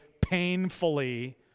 painfully